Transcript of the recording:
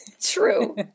True